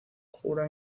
jura